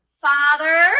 Father